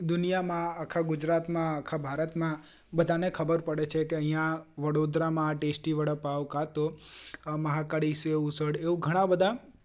દુનિયામાં આખા ગુજરાતમાં આખા ભારતમાં બધાને ખબર પડે છે કે અહીંયા વડોદરામાં આ ટેસ્ટી વડાપાઉ કાં તો મહાકાળી સેવ ઉસળ એવું ઘણા બધા